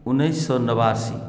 उन्नैस सए नवासी